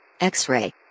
X-ray